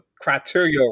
criteria